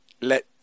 let